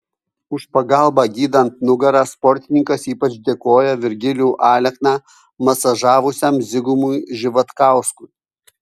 už pagalbą gydant nugarą sportininkas ypač dėkoja virgilijų alekną masažavusiam zigmui živatkauskui